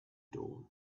dawn